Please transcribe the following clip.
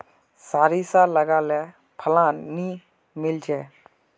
सारिसा लगाले फलान नि मीलचे?